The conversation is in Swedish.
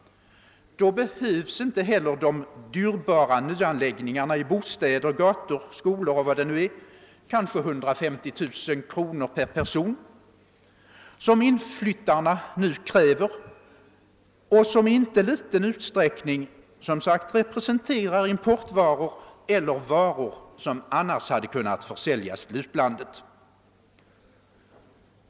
Då behövs inte heller de dyrbara nyanläggningarna i bostäder, gator, skolor — kanske 150 000 kronor per person — som inflyttarna nu kräver och som i inte ringa utsträckning representerar importvaror eller varor som annars hade kunnat försäljas till utlandet.